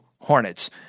Hornets